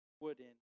wooden